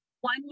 One